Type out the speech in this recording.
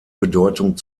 bedeutung